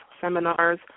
seminars